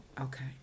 Okay